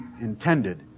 intended